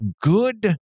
good